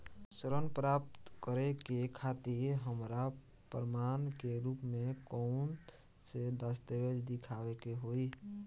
ऋण प्राप्त करे के खातिर हमरा प्रमाण के रूप में कउन से दस्तावेज़ दिखावे के होइ?